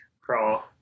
crawl